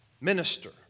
minister